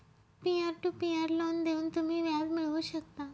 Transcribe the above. peer to peer loan देऊन तुम्ही व्याज मिळवू शकता